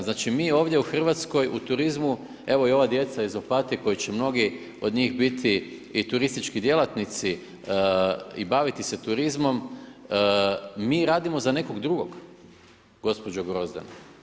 Znači mi ovdje u Hrvatskoj u turizmu, evo i ova djeca iz Opatije koji će mnogi od njih biti i turistički djelatnici i baviti se turizmom, mi radimo za nekog drugog, gospođo Grozdana.